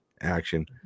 action